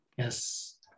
Yes